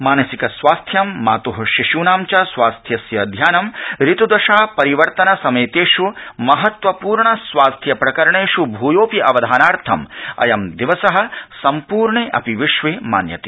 मानसिक स्वास्थ्यम् मात् शिशूनां च स्वास्थ्यस्य ध्यानं ऋत्दशा परिवर्तन समेतेष् महत्वपूर्ण स्वास्थ्य प्रकरणेष् भ्योपि अवधानार्थ अयं दिवस सम्पूर्णे अपि विश्वे मान्यते